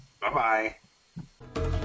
Bye-bye